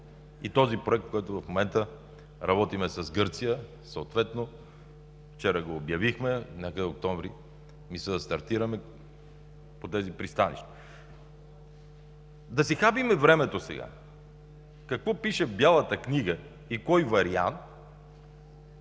и този проект, който в момента работим с Гърция, съответно вчера го обявихме – някъде октомври, мисля, да стартираме по тези пристанища. Да си хабим времето сега какво пише в Бялата книга и кой вариант…